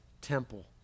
temple